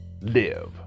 live